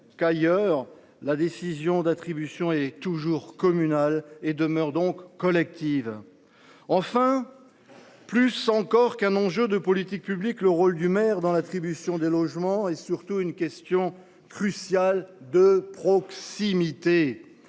solitaire : la décision d’attribution demeure communale et collective. Enfin, plus encore qu’un enjeu de politique publique, le rôle du maire dans l’attribution des logements est surtout une question cruciale de proximité.